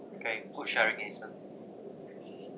okay good sharing eason